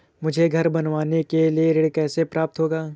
मुझे घर बनवाने के लिए ऋण कैसे प्राप्त होगा?